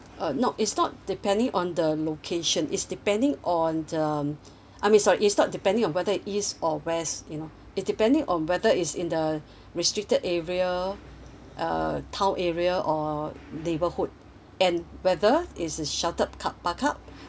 uh no it's not depending on the location is depending on um I mean sorry is not depending on whether east or west you know it depending on whether is in the restricted area uh town area or neighborhood and whether is a shuttle